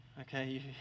Okay